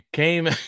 Came